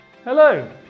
Hello